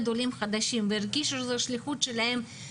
עולים חדשים והרגישו שזו שליחות שלהם,